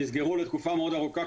נסגרו לתקופה מאוד ארוכה.